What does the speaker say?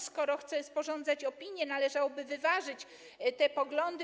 Skoro chce sporządzać opinię, należałoby wyważyć te poglądy.